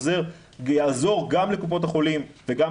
עוזר ויעזור גם לקופות החולים וגם